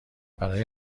برای